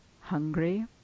hungry